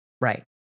Right